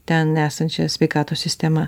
ten esančia sveikatos sistema